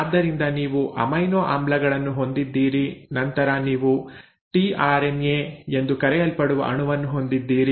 ಆದ್ದರಿಂದ ನೀವು ಅಮೈನೋ ಆಮ್ಲಗಳನ್ನು ಹೊಂದಿದ್ದೀರಿ ನಂತರ ನೀವು ಟಿಆರ್ಎನ್ಎ ಎಂದು ಕರೆಯಲ್ಪಡುವ ಅಣುವನ್ನು ಹೊಂದಿದ್ದೀರಿ